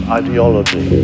ideology